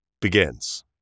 begins